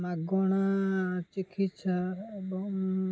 ମାଗଣା ଚିକିତ୍ସା ଏବଂ